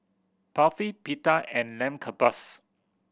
Barfi Pita and Lamb Kebabs